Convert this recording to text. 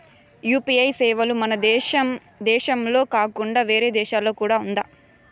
UPI సేవలు మన దేశం దేశంలోనే కాకుండా వేరే దేశాల్లో కూడా ఉందా?